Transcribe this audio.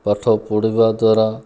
ପାଠ ପଢ଼ିବା ଦ୍ୱାରା